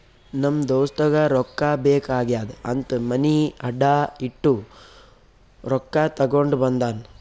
ನಮ್ ದೋಸ್ತಗ ರೊಕ್ಕಾ ಬೇಕ್ ಆಗ್ಯಾದ್ ಅಂತ್ ಮನಿ ಅಡಾ ಇಟ್ಟು ರೊಕ್ಕಾ ತಗೊಂಡ ಬಂದಾನ್